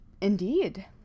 Indeed